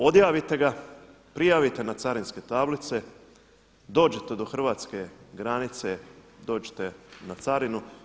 Odjavite ga, prijavite na carinske tablice, dođete do hrvatske granice, dođete na carinu.